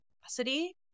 capacity